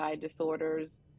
disorders